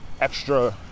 extra